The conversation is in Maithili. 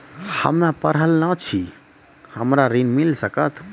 हम्मे पढ़ल न छी हमरा ऋण मिल सकत?